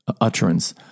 utterance